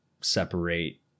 separate